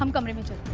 um amrita.